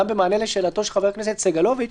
גם במענה לשאלתו של חבר הכנסת סגלוביץ',